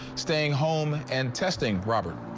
staying home and testing robert.